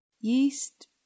Yeast